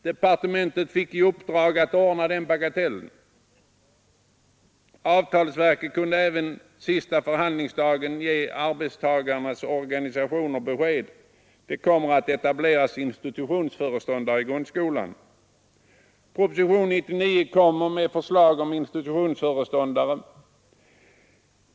Departementet fick i uppdrag att ordna den ”bagatellen”. Avtalsverket kunde även den sista förhandlingsdagen ge arbetstagarnas organisationer beskedet att det kommer att etableras institutionsföreståndare i grundskolan. Propositionen 99 kom med förslag om institutionsföreståndare.